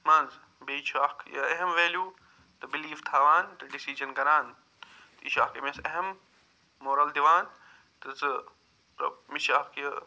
منٛز بیٚیہِ چھُ اکھ یہِ اہم وٮ۪لیوٗ تہٕ بِلیٖف تھاوان تہٕ ڈیٚسِجن کَران یہِ چھُ اکھ أمِس اہم مورل دِوان تہٕ زٕ مےٚ چھِ اکھ یہِ